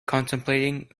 contemplating